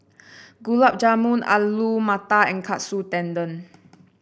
Gulab Jamun Alu Matar and Katsu Tendon